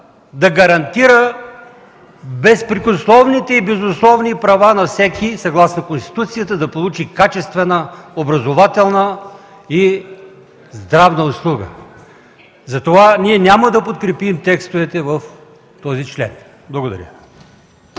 да гарантира безпрекословните и безусловни права на всеки съгласно Конституцията да получи качествена образователна и здравна услуга. Затова ние няма да подкрепим текстовете в този член. Благодаря.